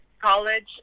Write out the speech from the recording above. college